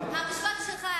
המשפט שלך,